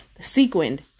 sequined